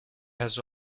has